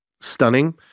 stunning